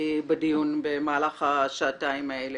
בדיון במהלך השעתיים האלה.